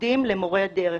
הלימודים למורי הדרך.